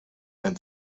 and